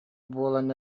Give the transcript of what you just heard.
буолан